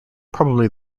probably